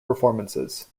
performances